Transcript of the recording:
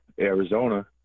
Arizona